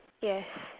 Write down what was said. yes